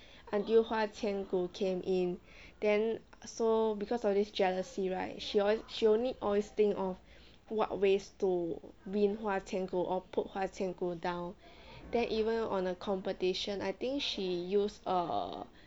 until 花千骨 came in then so because of this jealousy right she always she only always think of what ways to win 花千骨 or put 花千骨 down then even on a competition I think she use err